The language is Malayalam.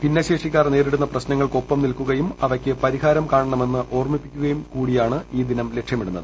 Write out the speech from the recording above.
ഭിന്നശേഷിക്കാർ നേരിടുന്ന പ്രശ്നങ്ങൾക്ക് ഒപ്പം നിൽക്കുകയും അവയ്ക്ക് പരിഹാരം കാണണമെന്ന് ഓർമ്മിപ്പിക്കുകയും കൂടിയാണ് ഈ ദിനം ലക്ഷ്യമിടുന്നത്